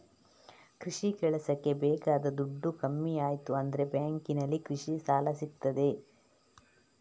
ಕೃಷಿ ಕೆಲಸಕ್ಕೆ ಬೇಕಾದ ದುಡ್ಡು ಕಮ್ಮಿ ಆಯ್ತು ಅಂದ್ರೆ ಬ್ಯಾಂಕಿನಲ್ಲಿ ಕೃಷಿ ಸಾಲ ಸಿಗ್ತದೆ